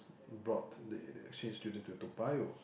brought the the exchange student to Toa-Payoh